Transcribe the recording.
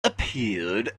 appeared